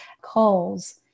calls